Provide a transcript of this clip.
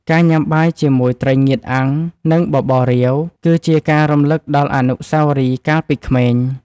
ការញ៉ាំបាយជាមួយត្រីងៀតអាំង និងបបររាវ គឺជាការរំលឹកដល់អនុស្សាវរីយ៍កាលពីក្មេង។